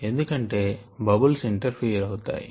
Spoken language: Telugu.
ఎందుకంటే బబుల్స్ ఇంటర్ ఫియర్ అవుతాయి